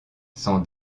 s’en